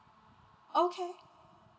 okay